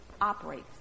operates